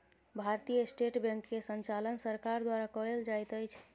भारतीय state bank के संचालन सरकार द्वारा कयल जाइत अछि